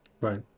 right